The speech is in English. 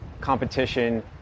competition